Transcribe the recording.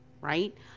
right